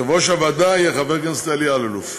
יושב-ראש הוועדה יהיה חבר הכנסת אלי אלאלוף.